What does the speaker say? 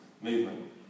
Movement